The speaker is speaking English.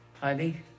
honey